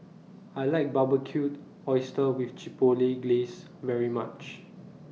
I like Barbecued Oysters with Chipotle Glaze very much